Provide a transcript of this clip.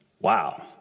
Wow